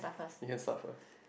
you can start first